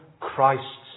Christ's